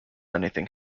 anything